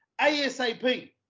ASAP